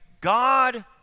God